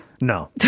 no